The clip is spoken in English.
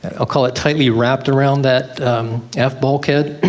and i'll call it tightly wrapped around that aft bulkhead.